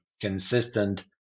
consistent